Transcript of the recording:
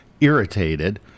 irritated